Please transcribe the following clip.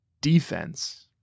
defense